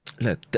Look